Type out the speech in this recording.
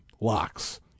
Locks